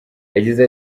yagize